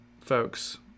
folks